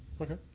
Okay